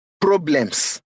problems